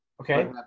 Okay